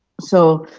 so